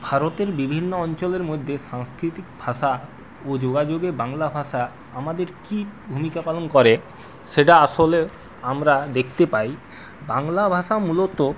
ভারতের বিভিন্ন অঞ্চলের মধ্যে সাংস্কিতিক ভাষা ও যোগাযোগে বাংলা ভাষা আমাদের কী ভূমিকা পালন করে সেটা আসলে আমরা দেখতে পাই বাংলা ভাষা মূলত